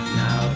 now